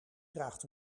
draagt